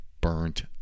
burnt